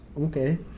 Okay